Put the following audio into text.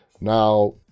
now